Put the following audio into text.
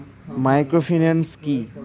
Microfinance কি?